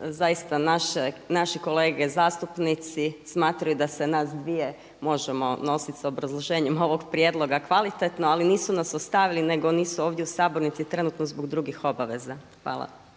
zaista naši kolege zastupnici smatraju da se nas dvije možemo nositi s obrazloženjem ovog prijedloga kvalitetno ali nisu nas ostavili nego nisu ovdje u sabornici, trenutno zbog drugih obaveza. Hvala.